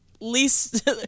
least